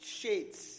shades